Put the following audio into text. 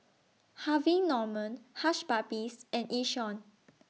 Harvey Norman Hush Puppies and Yishion